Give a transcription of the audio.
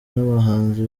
n’abahanzi